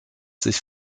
sich